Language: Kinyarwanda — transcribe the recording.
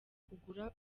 kugura